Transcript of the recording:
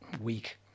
week